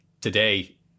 today